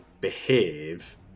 behave